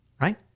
right